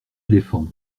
éléphants